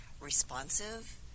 responsive